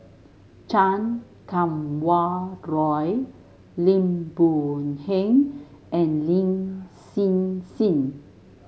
Chan Kum Wah Roy Lim Boon Heng and Lin Hsin Hsin